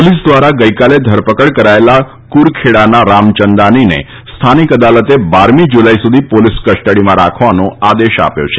police દ્વારા ગઈકાલે ધરપકડ કરાચેલા કુરખેડાના રામચંદાનીને સ્થાનિક અદાલતે બારમી જુલાઈ સુધી પોલીસ કસ્ટડીમાં રાખવાનો આદેશ આપ્યો છે